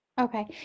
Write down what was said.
Okay